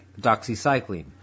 doxycycline